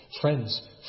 Friends